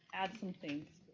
add some things.